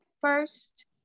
first